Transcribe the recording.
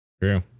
True